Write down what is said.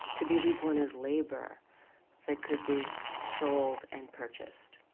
to be reborn as labor that could be sold and purchased.